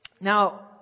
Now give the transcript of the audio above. Now